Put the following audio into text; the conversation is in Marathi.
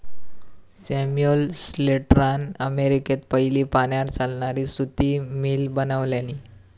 सैमुअल स्लेटरान अमेरिकेत पयली पाण्यार चालणारी सुती मिल बनवल्यानी